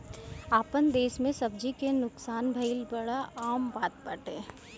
आपन देस में सब्जी के नुकसान भइल बड़ा आम बात बाटे